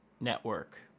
Network